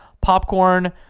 popcorn